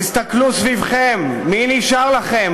תסתכלו סביבכם: מי נשאר לכם?